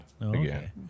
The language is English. again